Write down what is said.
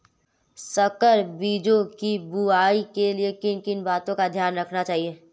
संकर बीजों की बुआई के लिए किन किन बातों का ध्यान रखना चाहिए?